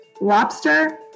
lobster